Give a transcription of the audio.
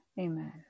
Amen